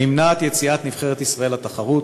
נמנעת יציאת נבחרת ישראל לתחרות.